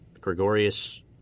gregorius